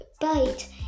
bite